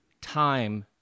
time